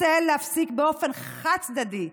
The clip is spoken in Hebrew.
רוצה להפסיק באופן חד-צדדי,